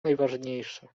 najważniejsze